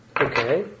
Okay